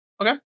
okay